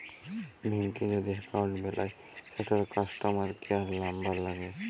ব্যাংকে যদি এক্কাউল্ট বেলায় সেটর কাস্টমার কেয়ার লামবার ল্যাগে